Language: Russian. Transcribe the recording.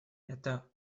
это